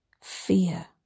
fear